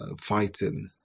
fighting